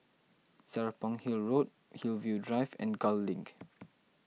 Serapong Hill Road Hillview Drive and Gul Link